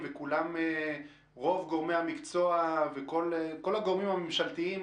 רוב גורמי המקצוע וכל הגורמים הממשלתיים